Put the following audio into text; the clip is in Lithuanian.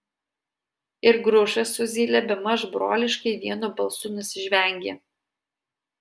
ir grušas su zyle bemaž broliškai vienu balsu nusižvengė